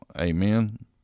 Amen